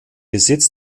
besitz